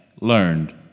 learned